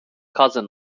cousin